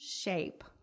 shape